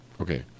okay